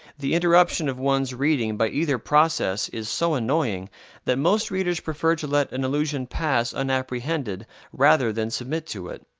the interruption of one's reading by either process is so annoying that most readers prefer to let an allusion pass unapprehended rather than submit to it.